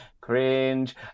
Cringe